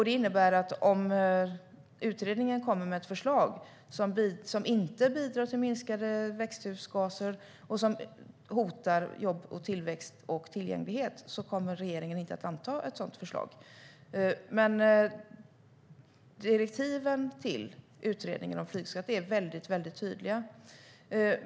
Det innebär att om utredningen kommer med ett förslag som inte bidrar till minskade växthusgaser och som hotar jobb, tillväxt och tillgänglighet så kommer regeringen inte att anta ett sådant förslag. Direktiven till utredningen om flygskatt är väldigt tydliga.